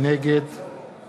נגד